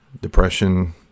depression